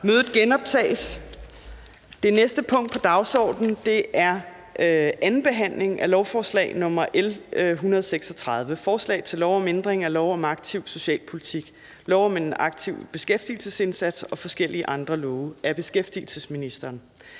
og L 169. --- Det næste punkt på dagsordenen er: 2) 2. behandling af lovforslag nr. L 136: Forslag til lov om ændring af lov om aktiv socialpolitik, lov om en aktiv beskæftigelsesindsats og forskellige andre love. (Justering